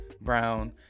Brown